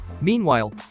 Meanwhile